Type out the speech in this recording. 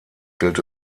gilt